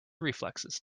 reflexes